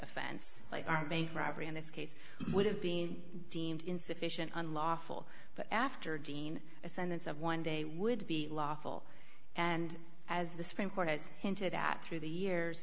offense like our bank robbery in this case would have been deemed insufficient unlawful but after dean a sentence of one day would be lawful and as the supreme court has hinted at through the years